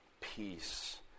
peace